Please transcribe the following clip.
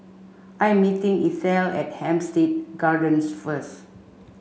I am meeting Ethyl at Hampstead Gardens first